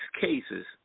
cases